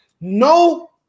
no